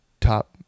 top